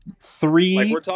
three